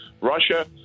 Russia